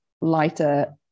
lighter